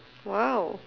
!wow!